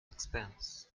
expense